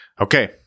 Okay